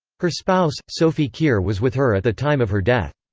her spouse, sophie keir was with her at the time of her death.